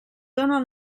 dóna